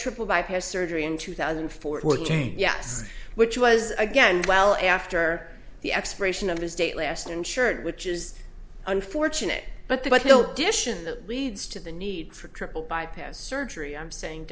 triple bypass surgery in two thousand and fourteen yes which was again well after the expiration of his date last insured which is unfortunate but the but built dish and that leads to the need for a triple bypass surgery i'm saying